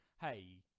hey